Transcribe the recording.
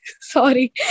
Sorry